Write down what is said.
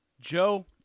Joe